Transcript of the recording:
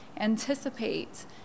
anticipate